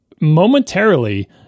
momentarily